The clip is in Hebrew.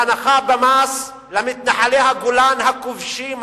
הנחה במס למתנחלי הגולן הכובשים,